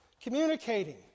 Communicating